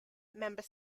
member